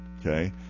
okay